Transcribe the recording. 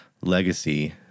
legacy